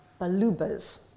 balubas